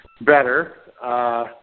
better